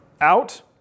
out